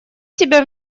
тебя